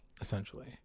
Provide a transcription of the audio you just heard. essentially